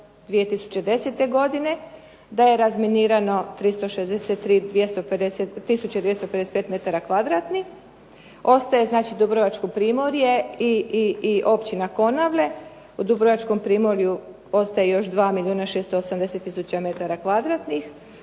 2010. godine da je razminirano 363 tisuće 255 m2. Ostaje znači dubrovačko primorje i općina Konavle. U dubrovačkom primorju ostaje još 2